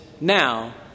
now